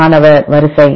மாணவர் வரிசை